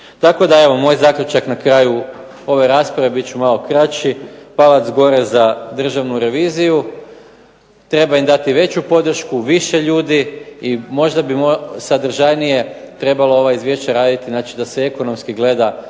Tako da evo moj zaključak na kraju ove rasprave, bit ću malo kraći, palac gore za državnu reviziju, treba im dati veću podršku, više ljudi i možda bi sadržajnije trebalo ova izvješća raditi, znači da se ekonomski gleda